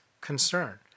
concern